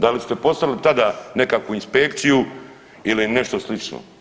Da li ste poslali tada nekakvu inspekciju ili nešto slično?